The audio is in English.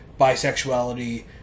bisexuality